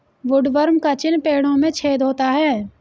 woodworm का चिन्ह पेड़ों में छेद होता है